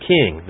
King